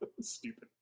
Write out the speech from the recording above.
Stupid